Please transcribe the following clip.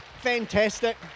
Fantastic